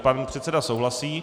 Pan předseda souhlasí.